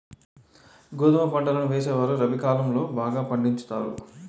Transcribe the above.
గోధుమ పంటలను వేసేవారు రబి కాలం లో బాగా పండించుతారు